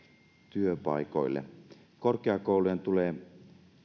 työpaikoille korkeakoulujen tulee